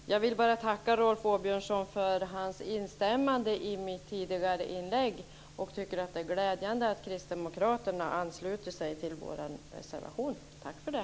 Fru talman! Jag vill bara tacka Rolf Åbjörnsson för hans instämmande i mitt tidigare inlägg. Jag tycker att det är glädjande att kristdemokraterna ansluter sig till vår reservation. Tack för det!